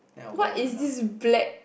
what is this black